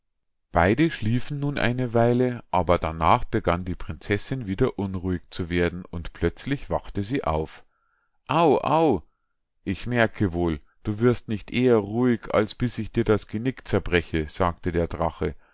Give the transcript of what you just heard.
beide schliefen nun eine weile aber darnach begann die prinzessinn wieder unruhig zu werden und plötzlich wachte sie auf au au ich merke wohl du wirst nicht eher ruhig als bis ich dir das genick zerbreche sagte der drache